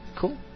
Cool